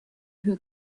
who